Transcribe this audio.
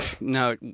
No